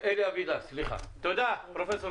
פרופסור